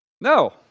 No